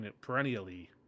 perennially